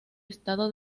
estado